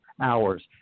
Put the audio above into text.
hours